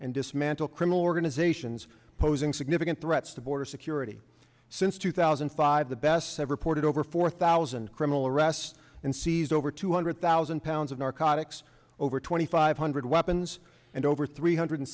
and dismantle criminal organizations posing significant threats to border security since two thousand and five the best ever ported over four thousand criminal arrests and seize over two hundred thousand pounds of narcotics over twenty five hundred weapons and over three hundred